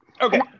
okay